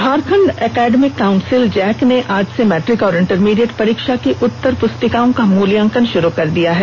Jharkhand academic council JAC ने आज से मैट्रिक और इंटरमीडियेट परीक्षा की उत्तरपुस्तिकाओं का मूल्यांकन शुरू कर दिया है